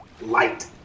light